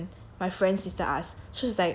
my friend's sister ask so she's like eh